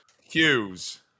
Hughes